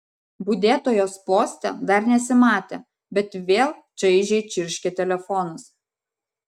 budėtojos poste dar nesimatė bet vėl šaižiai čirškė telefonas